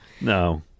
No